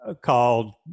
called